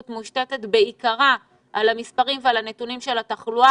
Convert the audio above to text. מושתתת בעיקרה על המספרים ועל הנתונים של התחלואה,